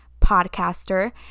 podcaster